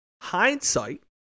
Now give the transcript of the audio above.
Hindsight